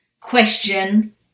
question